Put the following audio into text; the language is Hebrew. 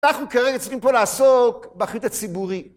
אנחנו כרגע צריכים פה לעסוק בחטא הציבורי.